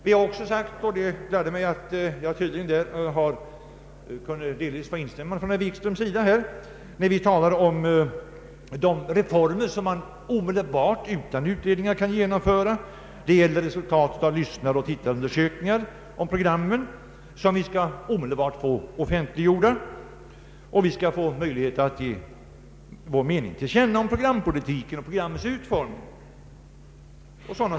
Vi räknar också upp — det gladde mig att här delvis få ett instämmande från herr Wikström — en del reformer som omedelbart och utan utredningar kan genomföras. Bl. a. borde resultatet av de tittaroch lyssnarundersökningar som görs i fråga om programmen omedelbart kunna offentliggöras. Vi borde få möjlighet att ge vår mening till känna om programpolitiken och programmens utformning.